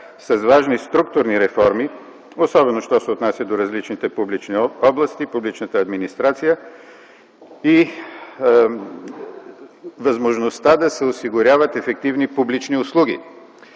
с важни структурни реформи, особено що се отнася до различните публични области, публичната администрация и възможността да се осигуряват ефективни публични услуги.